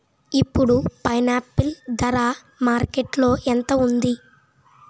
ఇప్పుడు పైనాపిల్ ధర మార్కెట్లో ఎంత ఉంది?